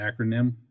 acronym